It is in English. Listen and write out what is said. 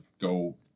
go